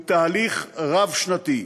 הוא תהליך רב-שנתי.